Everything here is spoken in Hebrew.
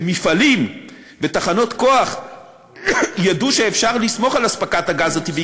שמפעלים ותחנות כוח ידעו שאפשר לסמוך על אספקת הגז הטבעי,